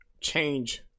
change